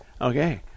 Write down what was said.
Okay